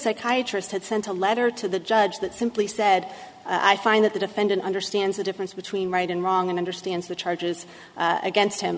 psychiatrist had sent a letter to the judge that simply said i find that the defendant understands the difference between right and wrong and understands the charges against him